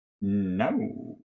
No